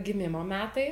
gimimo metai